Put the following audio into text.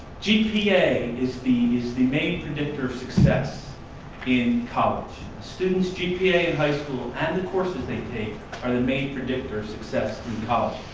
gpa is the is the main predictor of success in college. a student's gpa in high school and the courses they take are the main predictor of success in college.